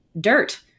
dirt